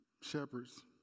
shepherds